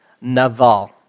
Naval